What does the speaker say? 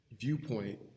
viewpoint